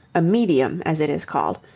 a medium as it is called,